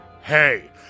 Hey